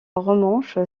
romanche